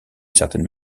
certaine